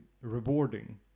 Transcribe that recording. rewarding